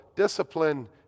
Discipline